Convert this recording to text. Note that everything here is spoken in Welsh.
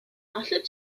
allet